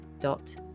dot